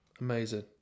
Amazing